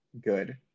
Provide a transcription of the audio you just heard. good